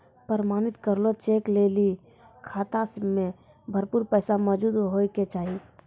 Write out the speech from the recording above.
प्रमाणित करलो चेक लै लेली खाता मे भरपूर पैसा मौजूद होय के चाहि